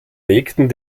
legten